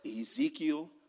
Ezekiel